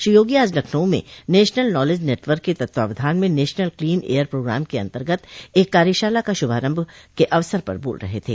श्रो योगी आज लखनऊ में national knowledge network के तत्वावधान नेशनल क्लीन एयर प्रोग्राम के अन्तर्गत एक कार्यशाला के शुभारम्भ के अवसर पर बोल रहे थे